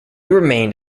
remained